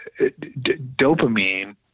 dopamine